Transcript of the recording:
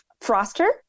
froster